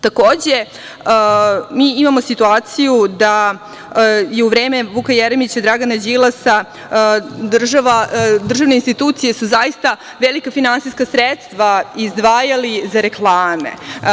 Takođe, imamo situaciju da su u vreme Vuka Jeremića, Dragana Đilasa državne institucije zaista velika finansijska sredstva izvajale za reklame.